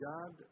God